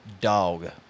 dog